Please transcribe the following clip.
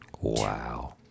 Wow